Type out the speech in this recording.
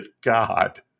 God